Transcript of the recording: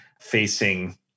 facing